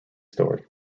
story